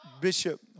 Bishop